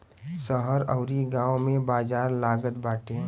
शहर अउरी गांव में बाजार लागत बाटे